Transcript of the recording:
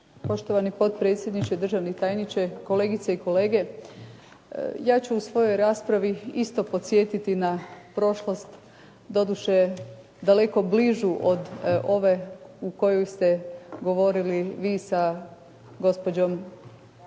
Poštovani potpredsjedniče, državni tajniče, kolegice i kolege. Ja ću u svojoj raspravi isto podsjetiti na prošlost, doduše daleko bližu od ove u kojoj ste govorili vi sa gospođom